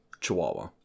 Chihuahua